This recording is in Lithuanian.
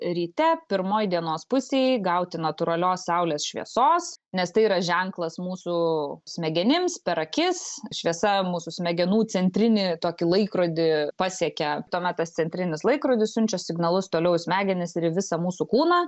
ryte pirmoj dienos pusėj gauti natūralios saulės šviesos nes tai yra ženklas mūsų smegenims per akis šviesa mūsų smegenų centrinį tokį laikrodį pasiekia tuomet tas centrinis laikrodis siunčia signalus toliau į smegenis ir į visą mūsų kūną